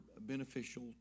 beneficial